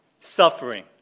Suffering